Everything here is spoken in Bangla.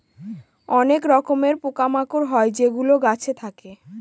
অনেক রকমের পোকা মাকড় হয় যেগুলো গাছে থাকে